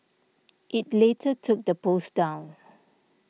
it later took the post down